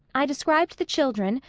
i described the children,